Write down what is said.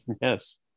Yes